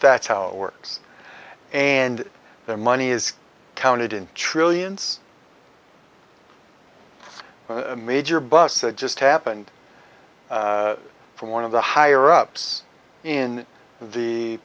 that's how it works and their money is counted in trillions major busts that just happened from one of the higher ups in the